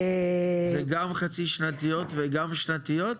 זה גם חצי שנתיות וגם שנתיות?